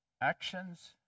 Actions